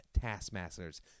taskmasters